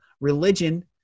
religion